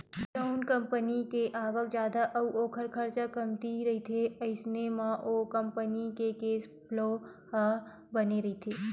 जउन कंपनी के आवक जादा अउ ओखर खरचा कमती रहिथे अइसन म ओ कंपनी के केस फ्लो ह बने रहिथे